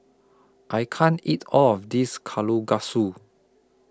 I can't eat All of This Kalguksu